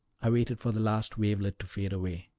i waited for the last wavelet to fade away,